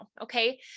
Okay